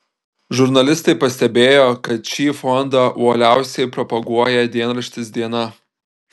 žurnalistai pastebėjo kad šį fondą uoliausiai propaguoja dienraštis diena